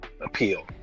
appeal